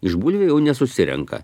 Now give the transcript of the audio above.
iš bulvių jau nesusirenka